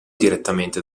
direttamente